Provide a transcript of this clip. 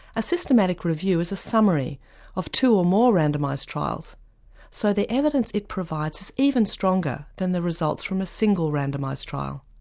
a systematic review is a summary of two or more randomised trials so the evidence it provides is even stronger than the results from a single randomised trial.